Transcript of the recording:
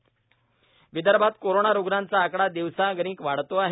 corona Vidarbha विदर्भात corona रुग्णांचा आकडा दिवसागणिक वाढतो आहे